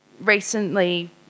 Recently